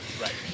Right